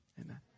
amen